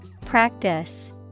Practice